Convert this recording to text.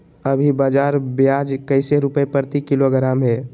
अभी बाजार प्याज कैसे रुपए प्रति किलोग्राम है?